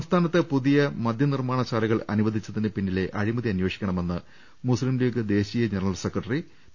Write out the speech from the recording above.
സംസ്ഥാനത്ത് പുതിയ മദ്യ നിർമ്മാണ ശാലകൾ അനുവദിച്ചതിന് പിന്നിലെ അഴിമതി അന്വേഷിക്കണമെന്ന് മുസ്ലീം ലീഗ് ദേശീയ ജനറൽ സെക്രട്ടറി പി